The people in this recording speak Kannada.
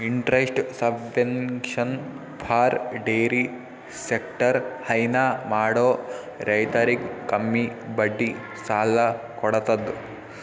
interest subvention for dairy sector ಹೈನಾ ಮಾಡೋ ರೈತರಿಗ್ ಕಮ್ಮಿ ಬಡ್ಡಿ ಸಾಲಾ ಕೊಡತದ್